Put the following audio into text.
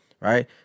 Right